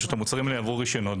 המוצרים האלה יעברו רשיונות-